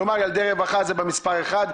כלומר ילדי רווחה זה במספר אחד,